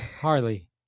Harley